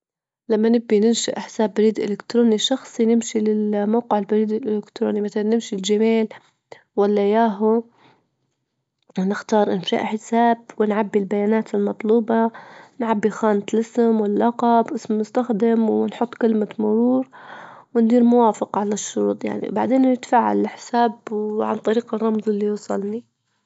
لما نبي ننشأ حساب بريد إلكتروني شخصي نمشي للموقع البريد الإلكتروني، مثلا نمشي الجيميل ولا ياهو، بدنا نختار إنشاء حساب ونعبي البيانات المطلوبة، نعبي خانة الاسم واللقب، إسم المستخدم ونحط كلمة مرور، وندير موافق على الشروط يعني، بعدين يتفاعل الحساب وعن طريق الرمز اللي يوصلني.